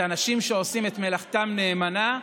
הם אנשים שעושים את מלאכתם נאמנה,